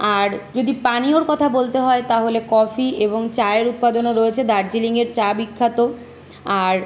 আর যদি পানীয়র কথা বলতে হয় তাহলে কফি এবং চায়ের উৎপাদনও রয়েছে দার্জিলিঙের চা বিখ্যাত আর